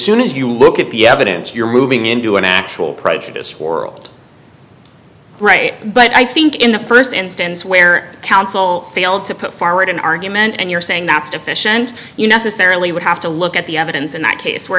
soon as you look at the evidence you're moving into an actual prejudiced world right but i think in the st instance where counsel failed to put forward an argument and you're saying that's deficient you necessarily would have to look at the evidence in that case where